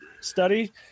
study